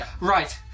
right